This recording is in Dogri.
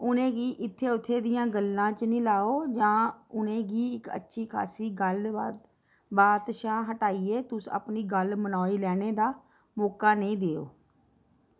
उ'नेंगी इत्थें उत्थें दियें गल्लां च निं लाओ जां उ'नेंगी इक अच्छी खासी गल्ल बात शा हटाइयै तुस अपनी गल्ल मनोआई लैने दा मौका नेईं देओ